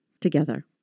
together